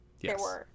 Yes